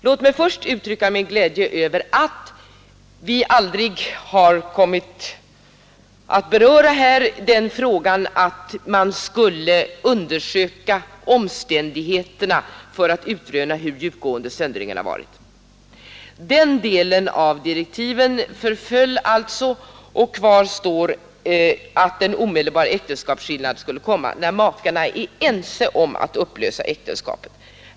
Låt mig först uttrycka min glädje över att vi aldrig har kommit att beröra tanken att man skulle undersöka omständigheterna för att utröna hur djupgående söndringen har varit. Den delen av direktiven förföll alltså, och kvar står att en omedelbar äktenskapsskillnad skulle komma när makarna är ense om att upplösa äktenskapet.